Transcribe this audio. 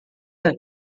não